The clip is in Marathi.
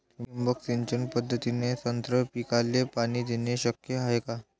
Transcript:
ठिबक सिंचन पद्धतीने संत्रा पिकाले पाणी देणे शक्य हाये का?